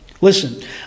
Listen